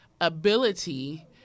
ability